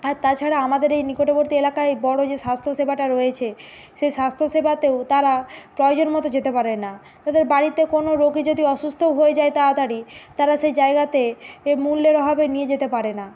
আর তাছাড়া আমাদের এই নিকটবর্তী এলাকায় বড়ো যে স্বাস্থ্য সেবাটা রয়েছে সে স্বাস্থ্য সেবাতেও তারা প্রয়োজন মতো যেতে পারে না তাদের বাড়িতে কোনো রোগী যদি অসুস্থও হয়ে যায় তাড়াতাড়ি তারা সেই জায়গাতে এ মূল্যের অভাবে নিয়ে যেতে পারে না